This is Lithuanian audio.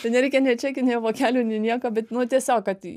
tai nereikia nė čekių nei vokelių nei nieko bet nu tiesiog kad